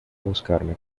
buscarme